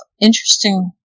interesting